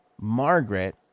Margaret